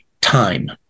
time